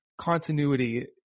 continuity